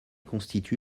constitue